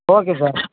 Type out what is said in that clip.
okay sir